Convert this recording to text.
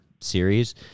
series